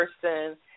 person